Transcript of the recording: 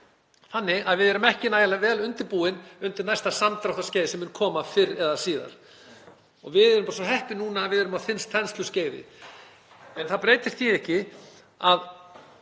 kr. Við erum ekki nægilega vel undirbúin fyrir næsta samdráttarskeið sem mun koma fyrr eða síðar. Við erum svo heppin núna að við erum á þensluskeiði. Það breytir því ekki að